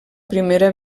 primera